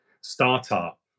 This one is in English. startup